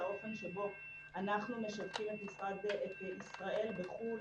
האופן שבו אנחנו משווקים את ישראל בחו"ל